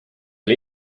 oli